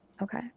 Okay